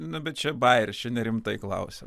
na bet čia bajeris čia nerimtai klausia